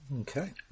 Okay